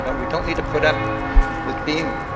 you know we don't need to put up with being